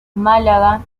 málaga